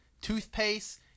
toothpaste